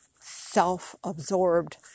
self-absorbed